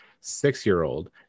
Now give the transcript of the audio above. six-year-old